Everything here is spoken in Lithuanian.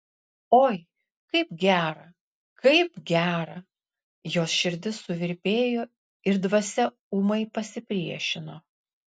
oi kaip gera kaip gera jos širdis suvirpėjo ir dvasia ūmai pasipriešino